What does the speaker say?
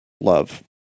love